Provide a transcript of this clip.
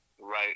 right